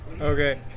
Okay